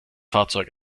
fahrzeug